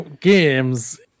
games